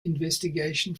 investigation